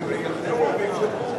אולי שיחקרו ויבדקו.